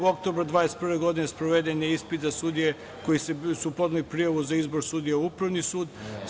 Sedmog oktobra 2021. godine sproveden je ispit za sudije koji su podneli prijavu za izbor sudija u Upravni sud.